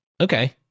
Okay